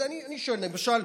אני שואל: למשל,